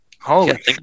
Holy